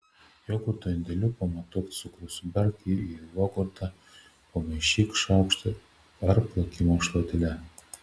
jogurto indeliu pamatuok cukrų suberk jį į jogurtą pamaišyk šaukštu ar plakimo šluotele